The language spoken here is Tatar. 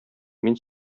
мин